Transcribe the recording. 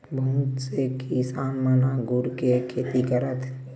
बहुत से किसान मन अगुर के खेती करथ